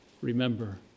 remember